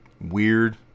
weird